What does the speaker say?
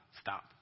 stop